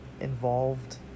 involved